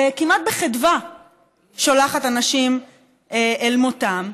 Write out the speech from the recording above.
כמעט בחדווה שולחת אנשים אל מותם.